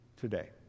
today